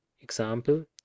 Example